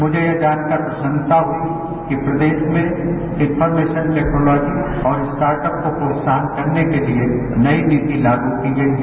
मुझे यह जानकर प्रसन्नता हुई कि प्रदेश में इनफॉरमेशन टेक्नॉलाजी और स्टार्टअप को प्रोत्साहन करने के लिए नई नीति लाग की गई है